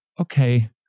okay